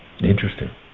Interesting